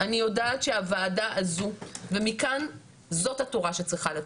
אני יודעת שהוועדה הזו ומכאן זו התורה שצריכה לצאת,